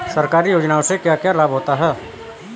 सरकारी योजनाओं से क्या क्या लाभ होता है?